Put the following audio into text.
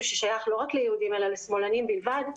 ששייך לא רק ליהודים אלא לשמאלנים בלבד,